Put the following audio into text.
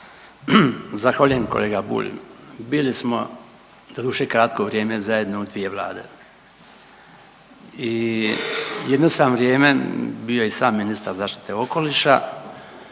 Zahvaljujem kolega Bulj. Bili smo doduše kratko vrijeme zajedno u dvije vlade. I jedno sam vrijeme bio i sam ministar zaštite okoliša